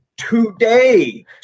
today